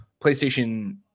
PlayStation